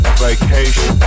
vacation